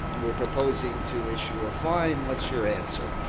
we're proposing to issue a fine what's your answer?